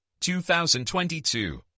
2022